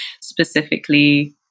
specifically